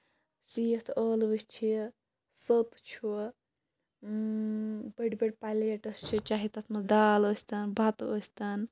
سِوِتھ ٲلوٕ چھِ سٔت چھُ بٔڑۍ بٔڑۍ پَلیٹٔس چھِ چاہے تَتھ منٛز دال ٲسۍ تن بَتہٕ ٲسۍ تَن